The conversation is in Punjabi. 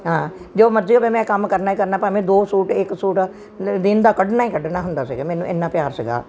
ਹਾਂ ਜੋ ਮਰਜ਼ੀ ਹੋਵੇ ਮੈਂ ਕੰਮ ਕਰਨਾ ਹੀ ਕਰਨਾ ਭਾਵੇਂ ਦੋ ਸੂਟ ਇੱਕ ਸੂਟ ਯਾਨੀ ਦਿਨ ਦਾ ਕੱਢਣਾ ਹੀ ਕੱਢਣਾ ਹੁੰਦਾ ਸੀਗਾ ਮੈਨੂੰ ਇੰਨਾ ਪਿਆਰ ਸੀਗਾ